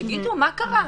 תגידו, מה קרה?